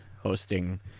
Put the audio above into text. hosting